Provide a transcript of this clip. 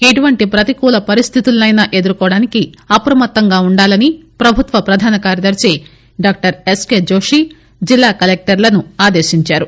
ఎటువంటి ప్రతికూల పరిస్థితులనైనా ఎదుర్కోవడానికి అప్రమత్తంగా ఉండాలని ప్రభుత్వ ప్రధాన కార్యదర్ని డాక్టర్ ఎస్ కె జోషి జిల్లా కలెక్టర్లను ఆదేశించారు